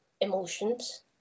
emotions